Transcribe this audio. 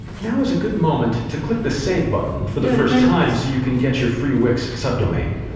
now is a good moment to click the save button for the first time so you can get your free wix subdomain.